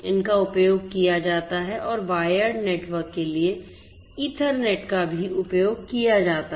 इनका उपयोग किया जाता है और वायर्ड नेटवर्क के लिए ईथरनेट का भी उपयोग किया जाता है